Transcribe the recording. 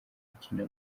gukina